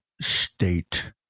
State